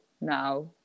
now